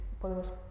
podemos